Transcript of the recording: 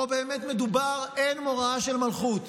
פה באמת אין מוראה של המלכות.